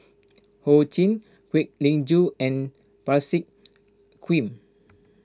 Ho Ching Kwek Leng Joo and Parsick